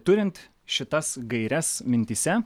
turint šitas gaires mintyse